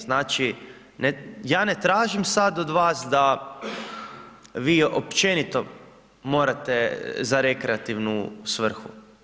Znači, ja ne tražim sad od vas da vi općenito morate za rekreativnu svrhu.